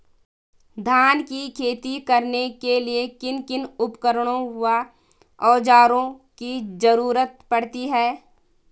धान की खेती करने के लिए किन किन उपकरणों व औज़ारों की जरूरत पड़ती है?